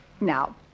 Now